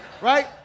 right